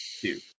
two